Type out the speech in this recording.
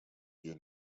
you